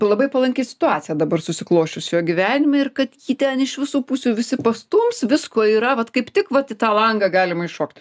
labai palanki situacija dabar susiklosčius jo gyvenime ir kad jį ten iš visų pusių visi pastums visko yra vat kaip tik vat į tą langą galima įšokt